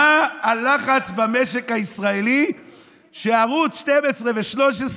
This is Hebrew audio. מה הלחץ במשק הישראלי שערוץ 12 ו-13,